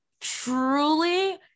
truly